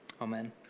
amen